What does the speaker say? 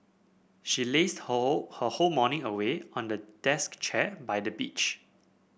she lazed whole her whole morning away on the desk chair by the beach